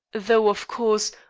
though, of course,